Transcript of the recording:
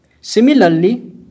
Similarly